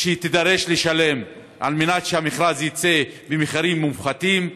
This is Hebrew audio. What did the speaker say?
שהיא תידרש לשלם על מנת שהמכרז יצא במחירים מופחתים.